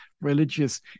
religious